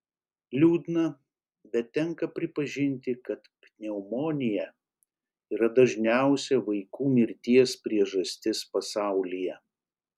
liūdna bet tenka pripažinti kad pneumonija yra dažniausia vaikų mirties priežastis pasaulyje